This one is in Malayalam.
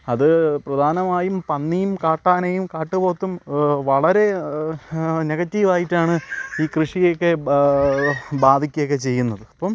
അത് പ്രധാനമായും പന്നിയും കാട്ടാനയും കാട്ടുപോത്തും വളരെ നെഗറ്റീവായിട്ടാണ് ഈ കൃഷിയെയൊക്കെ ബാധിക്കയൊക്കെ ചെയ്യുന്നത് അപ്പം